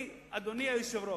אדוני היושב-ראש,